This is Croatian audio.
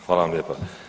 Hvala vam lijepa.